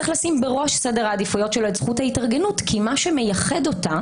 צריך לשים בראש סדר העדיפויות שלו את זכות ההתארגנות כי מה שמייחד אותה